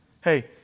Hey